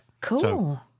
Cool